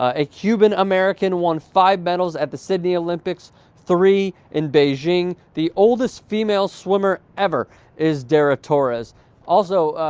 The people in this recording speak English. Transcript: ah a cuban american one five medals at the sid the olympics three in beijing the all this female swimmer is derek torres also ah.